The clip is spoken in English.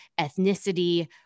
ethnicity